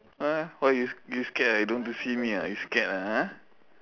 uh what you you scared ah you don't want to see me ah you scared ah